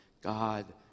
God